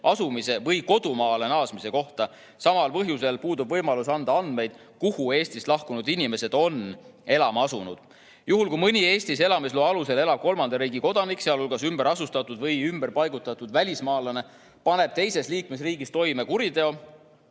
asumise või kodumaale naasmise kohta. Samal põhjusel puudub võimalus anda andmeid, kuhu Eestist lahkunud inimesed on elama asunud. Juhul kui mõni Eestis elamisloa alusel elav kolmanda riigi kodanik, sealhulgas ümberasustatud või ümberpaigutatud välismaalane, paneb teises liikmesriigis toime kuriteo,